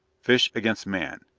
fish against man!